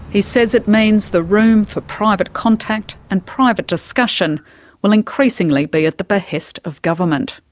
he says it means the room for private contact and private discussion will increasingly be at the behest of government.